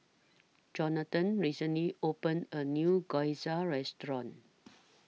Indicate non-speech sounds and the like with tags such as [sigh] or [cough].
Johnathan recently opened A New Gyoza Restaurant [noise]